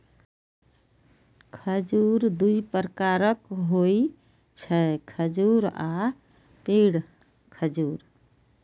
खजूर दू प्रकारक होइ छै, खजूर आ पिंड खजूर